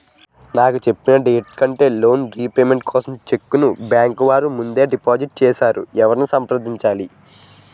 నాకు చెప్పిన డేట్ కంటే లోన్ రీపేమెంట్ కోసం చెక్ ను బ్యాంకు వారు ముందుగా డిపాజిట్ చేసారు ఎవరిని సంప్రదించాలి?